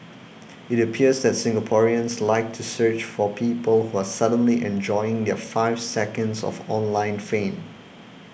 it appears that Singaporeans like to search for people who are suddenly enjoying their five seconds of online fame